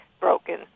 broken